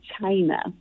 china